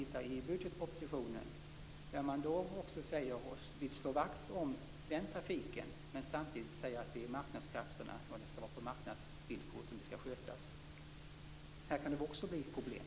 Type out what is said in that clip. I budgetpropositionen säger man sig vilja slå vakt om den trafiken men säger samtidigt att den skall skötas på marknadsvillkor. Här kan det också bli problem.